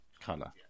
colour